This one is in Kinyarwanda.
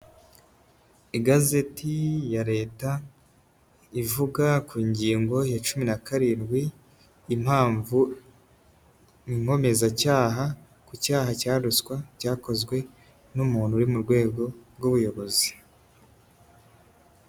Igazeti ya leta ivuga ku ngingo ya cumi na karindwi, impamvu inkomezacyaha ku cyaha cya ruswa byakozwe n'umuntu uri mu rwego rw'ubuyobozi.